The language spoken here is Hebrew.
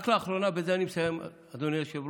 רק לאחרונה, ובזה אני מסיים, אדוני היושב-ראש,